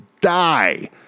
die